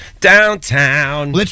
downtown